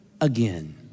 again